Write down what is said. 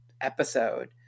episode